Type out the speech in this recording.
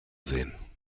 sehen